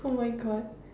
oh-my-God